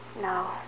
No